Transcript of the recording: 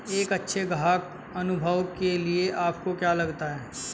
एक अच्छे ग्राहक अनुभव के लिए आपको क्या लगता है?